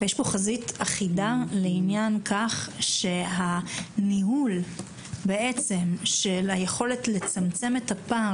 יש פה חזית אחידה בהבנה שניהול היכולת לצמצם את הפער